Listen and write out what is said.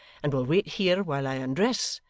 and will wait here while i undress,